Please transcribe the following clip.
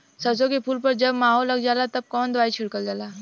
सरसो के फूल पर जब माहो लग जाला तब कवन दवाई छिड़कल जाला?